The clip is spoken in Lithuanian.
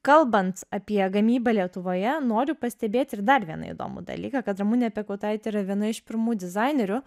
kalbant apie gamybą lietuvoje noriu pastebėt ir dar vieną įdomų dalyką kad ramunė piekautaitė yra viena iš pirmų dizainerių